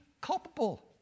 culpable